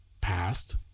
past